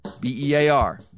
B-E-A-R